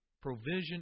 Provision